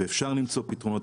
ואפשר למצוא פתרונות.